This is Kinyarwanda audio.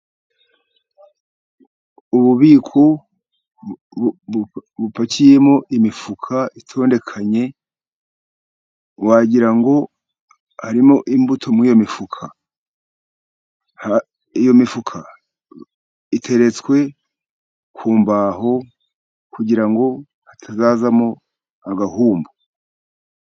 Ububiko bupakiyemo imifuka itondekanye, wagira ngo harimo imbuto muri iyo mifuka. Iyo mifuka iteretswe ku mbaho, kugira ngo hatazazamo agahumbu.